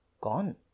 gone